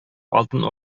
алтын